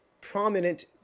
prominent